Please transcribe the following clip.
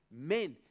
men